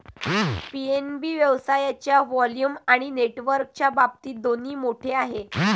PNB व्यवसायाच्या volume आणि नेटवर्कच्या बाबतीत दोन्ही मोठे आहे